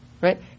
right